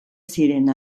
ziren